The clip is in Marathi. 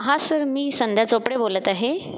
हा सर मी संध्या चोपडे बोलत आहे